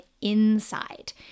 inside